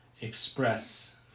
express